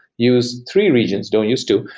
use three regions. don't use two.